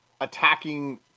attacking